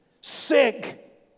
sick